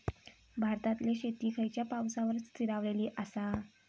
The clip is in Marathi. भारतातले शेती खयच्या पावसावर स्थिरावलेली आसा?